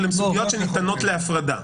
אבל הן סוגיות שניתנות להפרדה.